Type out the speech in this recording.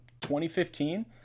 2015